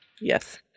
Yes